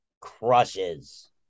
crushes